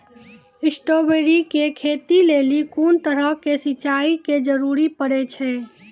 Strawberry के खेती लेली कोंन तरह के सिंचाई के जरूरी पड़े छै?